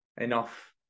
enough